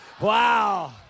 Wow